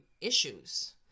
issues